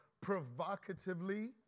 provocatively